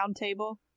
Roundtable